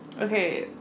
Okay